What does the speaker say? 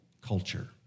culture